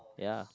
ya